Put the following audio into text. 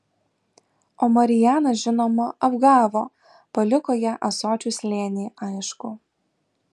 o marijanas žinoma apgavo paliko ją ąsočių slėny aišku